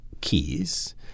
keys